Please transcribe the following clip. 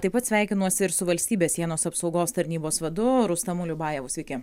taip pat sveikinuosi ir su valstybės sienos apsaugos tarnybos vadu rustamu liubajevu sveiki